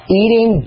eating